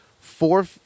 four